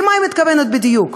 למה היא מתכוונת בדיוק?